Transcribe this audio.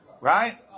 right